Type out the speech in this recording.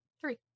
three